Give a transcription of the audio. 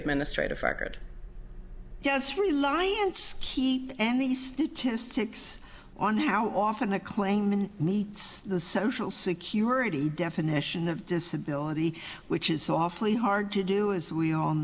administrative record yes reliance key and the statistics on how often the claimant meets the social security definition of disability which is awfully hard to do as we all